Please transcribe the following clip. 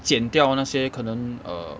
剪掉那些可能 err